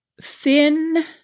thin